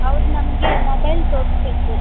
ಅವ್ರು ನಮಗೆ ಮೊಬೈಲ್ ತೋರಿಸ್ಬೇಕು